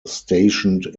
stationed